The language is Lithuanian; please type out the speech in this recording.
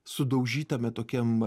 sudaužytame tokiam